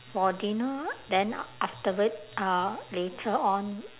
for dinner then afterward uh later on